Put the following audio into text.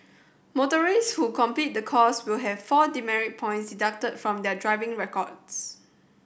motorists who complete the course will have four demerit points deducted from their driving records